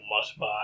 must-buy